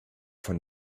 von